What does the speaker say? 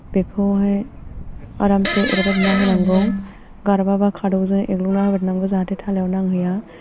बेखौहाय आरामसे एरबायना होनांगौ गारबाबा खादौजों एग्लुंना होनांगौ जाहाथे थालायाव नांहैया